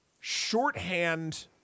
shorthand